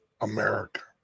America